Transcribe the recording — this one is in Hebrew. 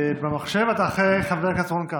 במחשב אתה אחרי חבר הכנסת רון כץ.